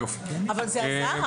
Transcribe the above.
אבל זה עזר,